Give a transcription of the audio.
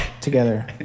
together